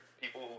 people